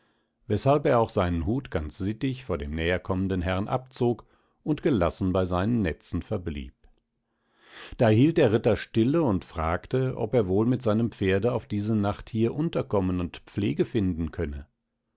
weshalb er auch seinen hut ganz sittig vor dem näherkommenden herrn abzog und gelassen bei seinen netzen verblieb da hielt der ritter stille und fragte ob er wohl mit seinem pferde auf diese nacht hier unterkommen und pflege finden könne